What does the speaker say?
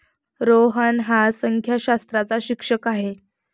रोहन हा संख्याशास्त्राचा शिक्षक आहे